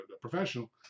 professional